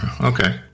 Okay